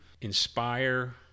inspire